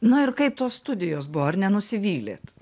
na ir kaip tos studijos buvo ar nenusivylėt